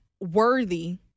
worthy